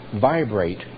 vibrate